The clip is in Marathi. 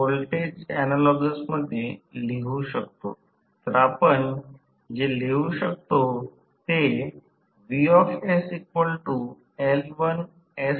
आणि या टप्प्यावर जेव्हा स्लिप 1 तेव्हा आपल्याला आढळेल की हे जे टॉर्क आहे ते प्रारंभिक टॉर्क T S आहे आणि आणखी एक गोष्ट अशी आहे की हे स्लिप आहे हे Smax T आहे